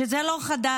שזה לא חדש.